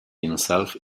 himself